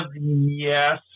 Yes